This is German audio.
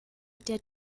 der